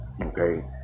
okay